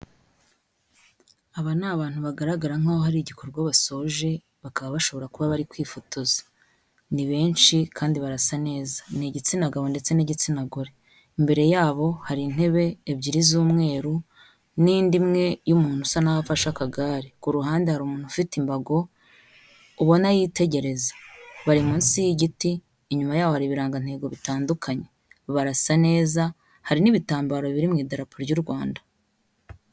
Aba ni abantu bagaragara nk'aho hari igikorwa basoje, bakaba bashobora kuba bari kwifotoza. Ni benshi kandi barasa neza. Ni igitsina gabo ndetse n'igitsina gore. Imbere yabo hari intebe ebyiri z'umweru n'indi imwe y'umuntu usa naho afashe akagare. Ku ruhande hari umuntu ufite imbago, ubona yitegereza. Bari munsi y'igiti, inyuma yaho hari ibirangantego bitandukanye. Barasa neza, hari n'ibitambaro biri mu idarapo ry'u Rwanda.